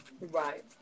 Right